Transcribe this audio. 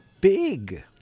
big